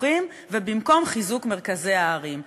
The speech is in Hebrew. הפתוחים ובמקום חיזוק מרכזי הערים.